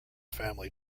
family